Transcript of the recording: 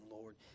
Lord